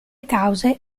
cause